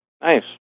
Nice